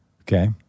Okay